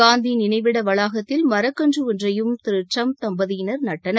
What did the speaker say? காந்தி நினைவிட வளாகத்தில் மரக்கன்று ஒன்றையும் திரு டிரம்ப் தம்பதியினர் நட்டனர்